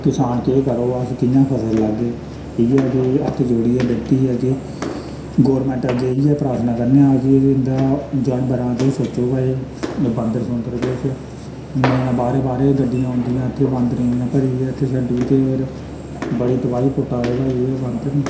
किसान केह् करोग अस कियां फसल लागे इ'यै कि हत्थ जोड़ियै विनती ऐ कि गौरमैंट अग्गें इ'यै प्रार्थना करने आं कि इं'दा जानवरा किश सोचो भाई बांदर छुंदर किश नेईं दा बाह्रां बाह्रां गड्डियां औंदियां इत्थै बांदरे दियां भरी दियां होर इत्थै छड्डी ओड़दे बड़ी तबाही पुट्टा दे भाई एह् बांदर